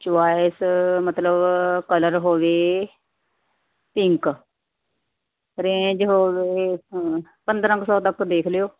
choice ਮਤਲਬ colour ਹੋਵੇ pink range ਹੋਵੇ ਪੰਦਰ੍ਹਾਂ ਕੁ ਸੋ ਤੱਕ ਦੇਖ ਲਿਓ